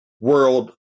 world